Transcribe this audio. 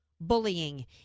bullying